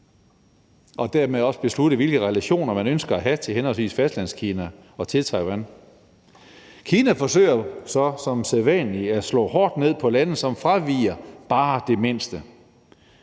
at dermed også beslutte, hvilke relationer man ønsker at have til henholdsvis Fastlandskina og til Taiwan. Kina forsøger jo så som sædvanlig at slå hårdt ned på lande, som fraviger bare det mindste.